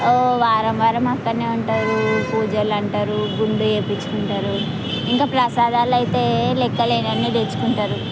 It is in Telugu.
ఓ వారం వారం అక్కడ ఉంటారు పూజలు అంటారు గుండు చేయించుకుంటారు ఇంకా ప్రసాదాలు అయితే లెక్కలేనన్ని తెచ్చుకుంటారు